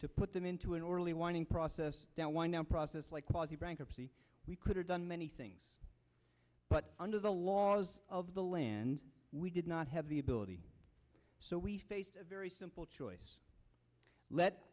to put them into an orderly winding process down wind down process like quality bankruptcy we could have done much but under the laws of the land we did not have the ability so we faced a very simple choice let